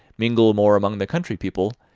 mingle more among the country people,